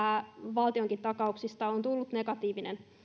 valtionkin takauksista on tullut negatiivinen